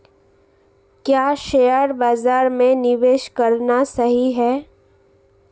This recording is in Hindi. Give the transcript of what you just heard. क्या शेयर बाज़ार में निवेश करना सही है?